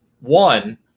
One